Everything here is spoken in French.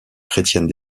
chrétienne